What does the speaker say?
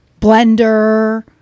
Blender